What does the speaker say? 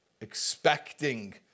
expecting